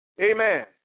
amen